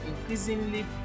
increasingly